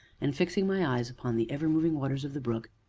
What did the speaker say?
and, fixing my eyes upon the ever-moving waters of the brook,